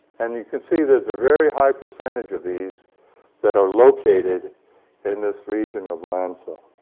and you can see there's a very high percentage of these that are located in this region of landfill.